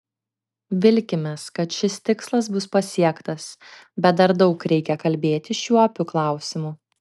vilkimės kad šis tikslas bus pasiektas bet dar daug reikia kalbėti šiuo opiu klausimu